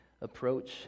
approach